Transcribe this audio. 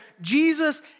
Jesus